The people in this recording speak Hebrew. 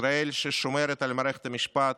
ישראל ששומרת על מערכת המשפט,